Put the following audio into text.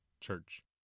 church